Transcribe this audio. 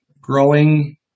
growing